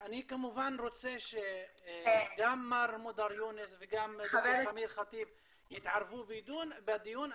אני כמובן רוצה שגם מודר יונס וגם ד"ר סמיר יתערבו בדיון,